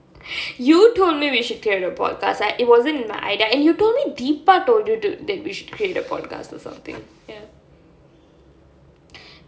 you told me we should create a podcast like it wasn't my idea and you told me deepak told you that we should create a podcast or something ya